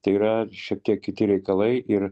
tai yra šiek tiek kiti reikalai ir